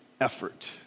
effort